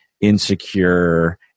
insecure